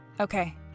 Okay